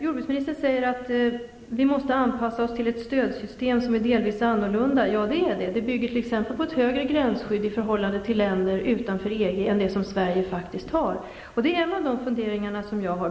Jordbruksministern säger att vi måste anpassa oss till ett stödsystem som är delvis annorlunda. Ja, det bygger t.ex. på ett högre gränsskydd i förhållande till länder utanför EG än det som Sverige faktiskt har.